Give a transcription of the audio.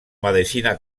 medicina